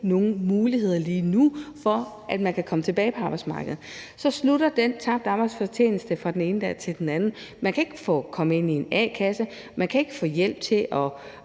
nogen muligheder lige nu for, at man kan komme tilbage på arbejdsmarkedet. Så stopper man med at få kompensation for den tabte arbejdsfortjeneste fra den ene dag til den anden, man kan ikke komme ind i en a-kasse, og man kan ikke få hjælp til at